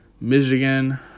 michigan